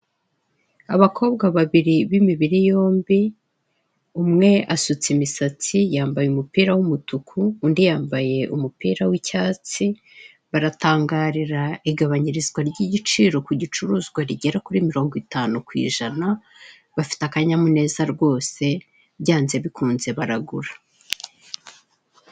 Abakobwa babiri b'imibiri yombi umwe asutse imisatsi yambaye umupira w'umutuku, undi yambaye umupira w'icyatsi baratangarira igabanyirizwa ry'igiciro kugicuruzwa rigera kuri mirongo itanu ku ijana bafite akanyamuneza rwose byanze bikunze baragura.